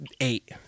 eight